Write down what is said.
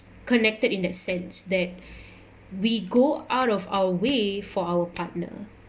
connected in that sense that we go out of our way for our partner